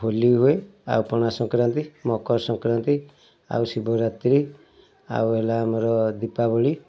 ହୋଲି ହୁଏ ଆଉ ପଣା ସଂକ୍ରାନ୍ତି ମକର ସଂକ୍ରାନ୍ତି ଆଉ ଶିବରାତ୍ରୀ ଆଉ ହେଲା ଆମର ଦୀପାବଳି